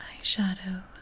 eyeshadow